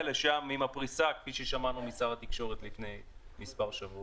לשם עם הפריסה כפי ששמענו משר התקשורת לפני מספר שבועות.